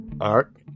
Art